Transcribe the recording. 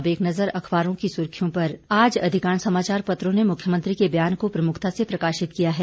अब एक नज़र अखबारों की सुर्खियों पर आज अधिकांश समाचार पत्रों ने मुख्यमंत्री के बयान को प्रमुखता से प्रकाशित किया है